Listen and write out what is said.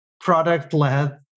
product-led